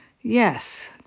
Yes